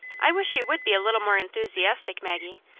i wish you would be a little more enthusiastic, maggie.